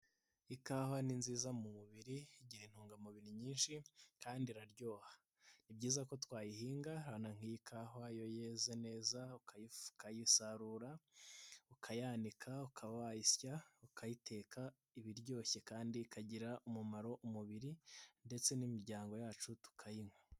Ikawa ni nziza mu mubiri, igira intungamubiri nyinshi kandi iraryoha, ni byiza ko twayihinga, urabona nk'iyi kawa iyo yeze neza ukayisarura, ukayanika, ukaba wayisya ukayiteka, iba iryoshye kandi ikagirira umumaro umubiri ndetse n'imiryango yacu tukayinywa.